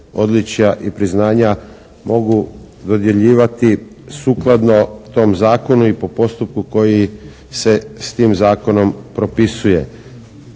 i priznanja mogu dodjeljivati sukladno tom zakonu i po postupku koji se s tim zakonom propisuje.